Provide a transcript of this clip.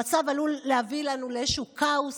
המצב עלול להביא לנו איזשהו כאוס.